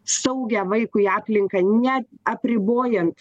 saugią vaikui aplinką ne apribojant